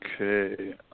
Okay